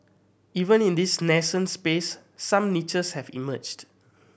even in this nascent space some niches have emerged